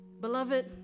Beloved